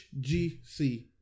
HGC